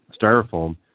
styrofoam